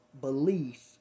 belief